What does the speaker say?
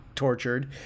tortured